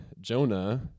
Jonah